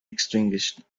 extinguished